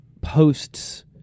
posts